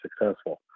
successful